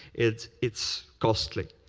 it's it's costly.